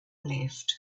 lived